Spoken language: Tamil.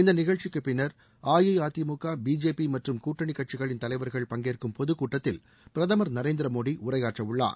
இந்த நிகழ்ச்சிக்குப் பின்னர் அஇஅதிமுக பிஜேபி மற்றும் கூட்டணி கட்சிகளின் தலைவர்கள் பங்கேற்கும் பொதுக்கூட்டத்தில் பிரதமர் நரேந்திர மோடி உரையாற்றவுள்ளார்